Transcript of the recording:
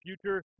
future